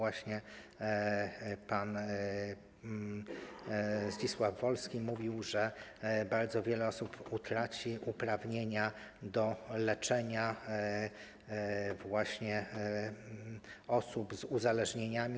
Pan Zdzisław Wolski mówił, że bardzo wiele osób utraci uprawnienia do leczenia osób właśnie z uzależnieniami.